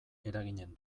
eraginen